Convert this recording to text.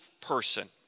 person